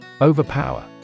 Overpower